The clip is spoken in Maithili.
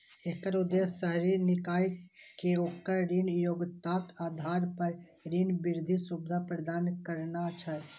एकर उद्देश्य शहरी निकाय कें ओकर ऋण योग्यताक आधार पर ऋण वृद्धि सुविधा प्रदान करना छै